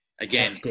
again